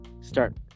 start